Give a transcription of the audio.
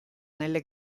nelle